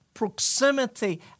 Proximity